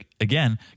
again